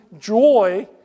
joy